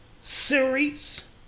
Series